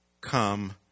come